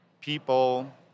people